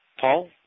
Paul